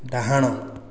ଡାହାଣ